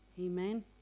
Amen